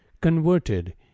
converted